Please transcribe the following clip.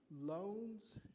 Loans